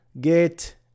get